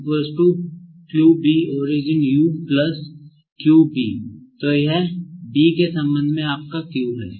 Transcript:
UQ BQ तो यह B के संबंध में आपका Q है